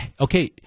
okay